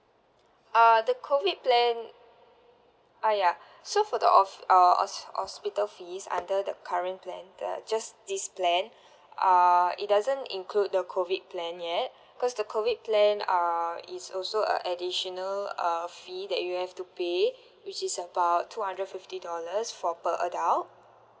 uh the COVID plan ah ya so for the of uh hos~ hospital fees under the current plan the just this plan uh it doesn't include the COVID plan yet because the COVID plane uh is also a additional uh fee that you have to pay which is about two hundred fifty dollars for per adult